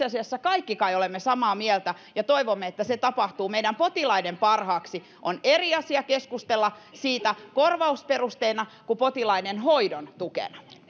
asiassa kaikki kai olemme samaa mieltä ja toivomme että se tapahtuu meidän potilaiden parhaaksi on eri asia keskustella siitä korvausperusteena kuin potilaiden hoidon tukena